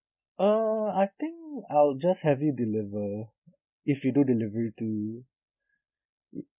uh I think I'll just have it delivered if you do delivery too